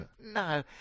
No